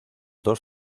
dos